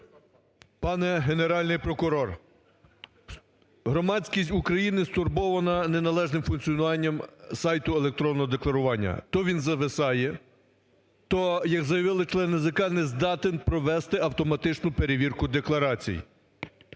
Пане Генеральний прокурор, громадськість України стурбована неналежним функціонуванням сайту електронного декларування, то він зависає, то, як заявили члени НАЗК, не здатен провести автоматичну перевірку декларацій.